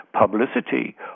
publicity